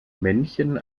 männchen